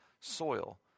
soil